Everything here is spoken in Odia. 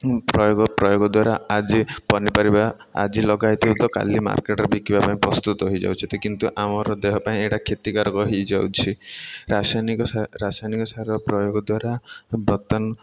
ପ୍ରୟୋଗ ପ୍ରୟୋଗ ଦ୍ୱାରା ଆଜି ପନିପରିବା ଆଜି ଲଗାଇଥିବ ତ କାଲି ମାର୍କେଟ୍ରେ ବିକିବା ପାଇଁ ପ୍ରସ୍ତୁତ ହେଇଯାଉଛି ତ କିନ୍ତୁ ଆମର ଦେହ ପାଇଁ ଏଇଟା କ୍ଷତିକାରକ ହେଇଯାଉଛି ରାସାୟନିକ ରାସାୟନିକ ସାର ପ୍ରୟୋଗ ଦ୍ୱାରା ବର୍ତ୍ତମାନ